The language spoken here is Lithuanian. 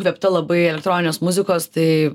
įkvėpta labai elektroninės muzikos tai